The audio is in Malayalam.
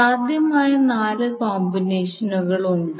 സാധ്യമായ നാല് കോമ്പിനേഷനുകൾ ഉണ്ട്